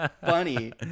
funny